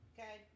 Okay